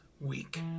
week